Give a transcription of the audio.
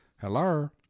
hello